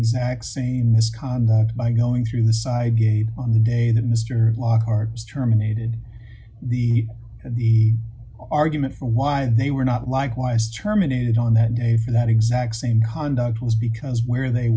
exact same misconduct by going through the side gate on the day that mr lockhart was terminated the the argument for why they were not likewise terminated on that day for that exact same conduct was because where they